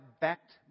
backed